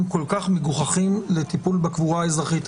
כל כך מגוחכים לטיפול בקבורה האזרחית.